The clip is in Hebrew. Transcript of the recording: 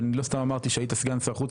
ואני לא סתם אמרתי שהיית סגן שר החוץ,